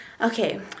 Okay